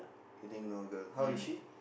getting know girl how is she